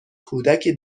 کودکی